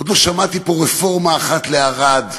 עוד לא שמעתי פה רפורמה אחת לערד,